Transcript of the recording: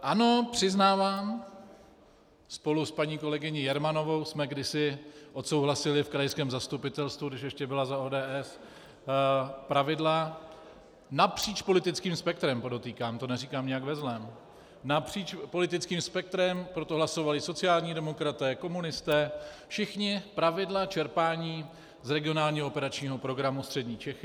Ano, přiznávám, spolu s paní kolegyní Jermanovou jsme kdysi odsouhlasili v krajském zastupitelstvu, když ještě byla za ODS, pravidla napříč politickým spektrem, podotýkám, to neříkám nijak ve zlém, napříč politickým spektrem pro to hlasovali sociální demokraté, komunisté, všichni pravidla čerpání z regionálního operačního programu Střední Čechy.